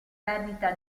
perdita